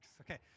Okay